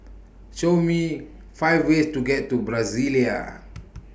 Show Me five ways to get to Brasilia